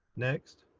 next,